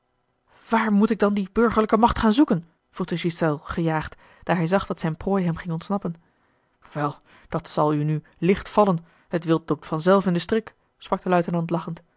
waar moet ik dan die burgerlijke macht gaan zoeken vroeg de ghiselles gejaagd daar hij zag dat zijne prooi hem ging ontsnappen wel dat zal u nu licht vallen het wild loopt vanzelf in den strik sprak de luitenant lachend